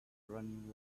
running